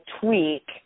tweak –